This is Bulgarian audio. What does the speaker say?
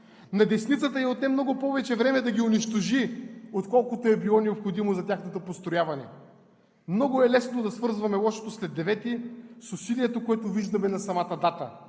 На десницата ѝ отне много повече време да ги унищожи, отколкото е било необходимо за тяхното построяване. Много е лесно да свързваме лошото след 9-и с усилието, което виждаме на самата дата.